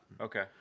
Okay